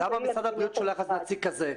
אז למה משרד הבריאות שולח נציג כזה שלא מתעסק בחינוך?